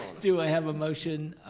do i have a motion?